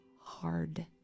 hard